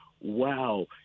wow